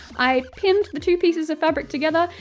i pinned the two pieces of fabric together,